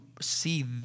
see